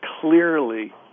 clearly